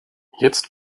jetzt